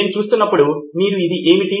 నేను చూస్తున్నప్పుడు మీరు ఇది ఏమిటి